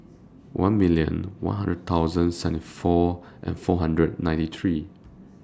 one million one hundred thousand seventy four and four hundred and ninety three